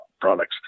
products